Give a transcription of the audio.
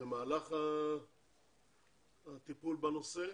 במהלך הטיפול בנושא.